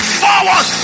forward